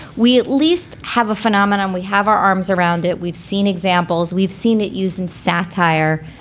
we at least have a phenomenon. we have our arms around it. we've seen examples. we've seen it used in satire.